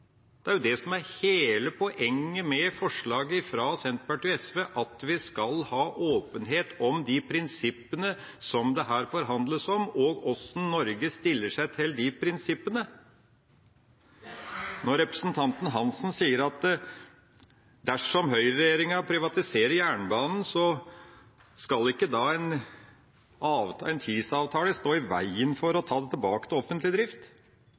Det som er hele poenget med forslaget fra Senterpartiet og SV, er at vi skal ha åpenhet om de prinsippene som det her forhandles om, og hvordan Norge stiller seg til de prinsippene, når representanten Hansen sier at dersom høyreregjeringa privatiserer jernbanen, skal ikke en TISA-avtale stå i veien for å ta det tilbake til offentlig drift.